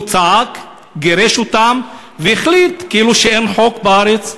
הוא צעק, גירש אותם, והחליט, כאילו אין חוק בארץ,